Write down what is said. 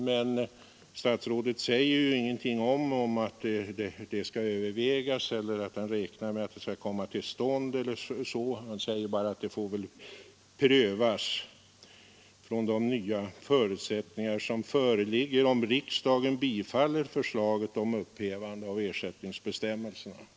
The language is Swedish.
Men statsrådet säger ju ingenting om att detta skall övervägas eller att han räknar med att detta skall komma till stånd; han säger bara att det får väl prövas från de nya förutsättningar som föreligger om riksdagen bifaller förslaget om upphävande av ersättningsbestämmelserna.